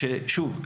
שוב,